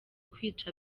kwica